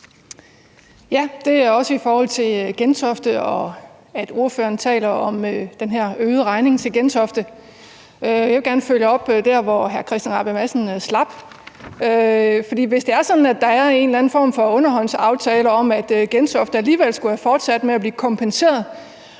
handler også om, at ordføreren taler om den her øgede regning til Gentofte. Jeg vil gerne følge op der, hvor hr. Christian Rabjerg Madsen slap, for hvis det er sådan, at der er en eller anden form for underhåndsaftale om, at Gentofte alligevel skulle have fortsat med at blive kompenseret